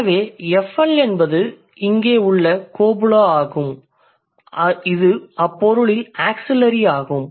எனவே FL என்பது இங்கே உள்ள கோபுலா ஆகும் இது அப்பொருளில் ஆக்சிலரி ஆகும்